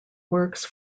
works